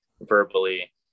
verbally